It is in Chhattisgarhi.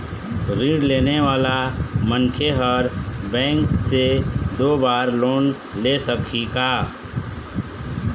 ऋण लेने वाला मनखे हर बैंक से दो बार लोन ले सकही का?